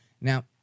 Now